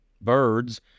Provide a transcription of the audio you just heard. Birds